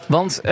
Want